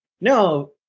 no